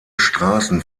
straßen